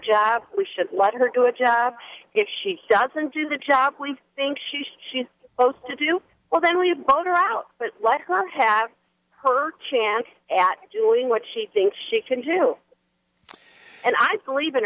job we should let her do a job if she doesn't do the job we think she she owes it to you well then we bought her out but let her have her chance at doing what she thinks she can do and i believe in